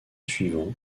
suivant